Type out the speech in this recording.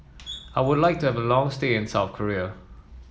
I would like to have a long stay in South Korea